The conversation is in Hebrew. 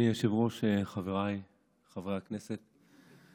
אדוני היושב-ראש, חבריי חברי הכנסת,